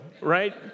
right